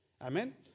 Amen